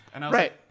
Right